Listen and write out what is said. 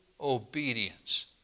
obedience